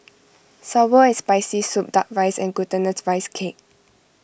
Sour and Spicy Soup Duck Rice and Glutinous Rice Cake